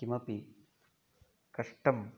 किमपि कष्टं